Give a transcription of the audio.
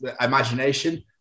imagination